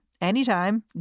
anytime